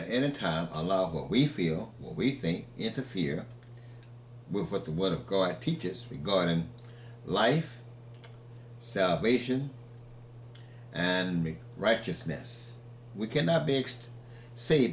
in time allow what we feel what we think interfere with what the word of god teaches regarding life salvation and me righteousness we cannot be axed say